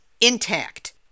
intact